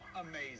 amazing